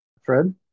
fred